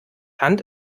hand